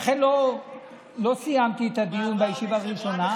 לכן לא סיימתי את הדיון בישיבה הראשונה,